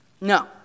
No